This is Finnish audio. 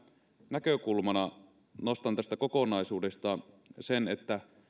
näkökulmana nostan tästä kokonaisuudesta sen että